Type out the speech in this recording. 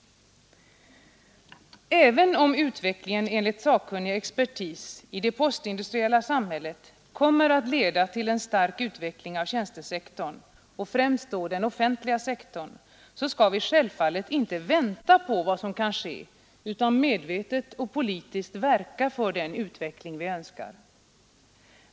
Även om utvecklingen enligt sakkunnig expertis i det postindustriella samhället kommer att leda till en stark ökning av tjänstesektorn, och främst då den offentliga sektorn, skall vi självfallet inte vänta på vad som kan ske utan medvetet och politiskt verka för den utveckling vi önskar.